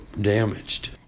damaged